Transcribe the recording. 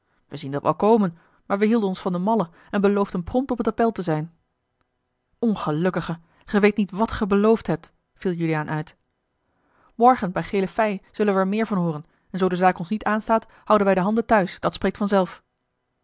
wij zien dat wel komen maar wij hielden ons van den malle en beloofden prompt op t appèl te zijn a l g bosboom-toussaint de delftsche wonderdokter eel ngelukkigen gij weet niet wàt gij beloofd hebt viel juliaan uit morgen bij gele fij zullen wij er meer van hooren en zoo de zaak ons niet aanstaat houden wij de handen thuis dat spreekt vanzelf